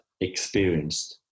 experienced